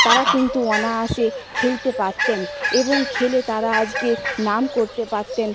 তারা কিন্তু অনায়াসে খেলতে পারতেন এবং খেলে তারা আজকে নাম করতে পারতেন